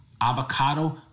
avocado